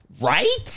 Right